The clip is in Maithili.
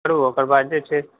करू ओकर बाद जे छै